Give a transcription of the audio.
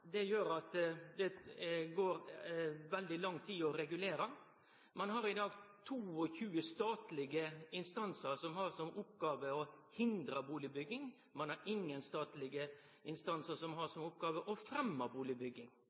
Det gjer at det tek veldig lang tid å regulere. Ein har i dag 22 statlege instansar, som har som oppgåve å hindre bustadbygging. Ein har ingen statlege instansar som har som oppgåve å